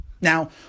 Now